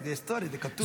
זה היסטורי, זה כתוב.